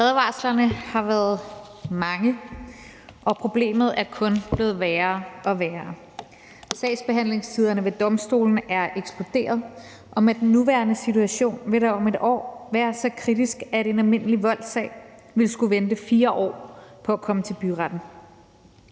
Advarslerne har været mange, og problemet er kun blevet værre og værre. Sagsbehandlingstiderne ved domstolene er eksploderet, og med den nuværende situation vil det om et år være så kritisk, at en almindelig voldssag vil skulle vente 4 år på at komme til byretten.